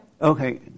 okay